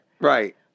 right